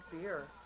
beer